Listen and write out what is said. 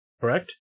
correct